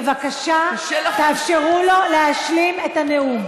בבקשה תאפשרו לו להשלים את הנאום.